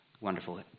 Wonderful